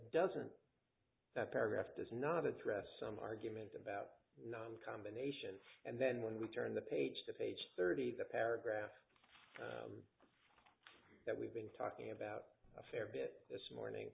doesn't that paragraph does not address some argument about nine combinations and then when we turn the page to page thirty the paragraph that we've been talking about a fair bit this morning